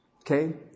Okay